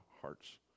hearts